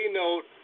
note